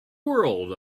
world